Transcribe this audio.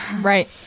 Right